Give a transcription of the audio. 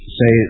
say